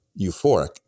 euphoric